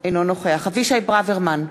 אינו נוכח אבישי ברוורמן,